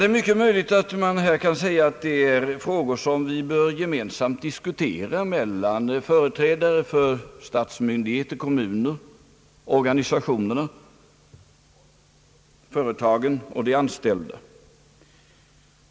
Det är mycket möjligt att detta är frågor som bör gemensamt diskuteras mellan företrädare för statsmyndigheterna, kommunerna, organisationerna, företagen och de anställda.